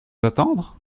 attendre